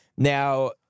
Now